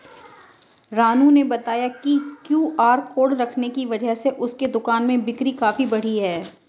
रानू ने बताया कि क्यू.आर कोड रखने की वजह से उसके दुकान में बिक्री काफ़ी बढ़ी है